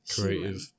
Creative